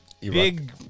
Big